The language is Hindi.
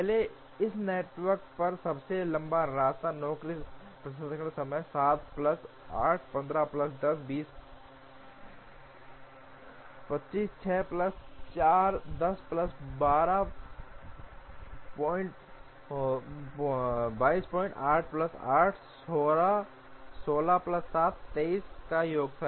पहले इस नेटवर्क पर सबसे लंबा रास्ता नौकरी प्रसंस्करण समय 7 plus 8 15 plus 10 25 6 plus 4 10 plus 12 22 8 plus 8 16 plus 7 23 का योग था